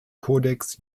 codex